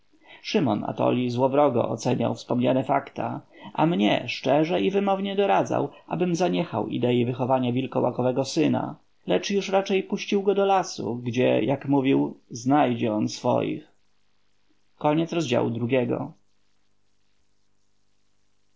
szymon atoli złowrogo oceniał wspomniane fakta a mnie szczerze i wymownie doradzał abym zaniechał idei wychowania wilkołakowego syna lecz już raczej puścił go do lasu gdzie mówił znajdzie on swoich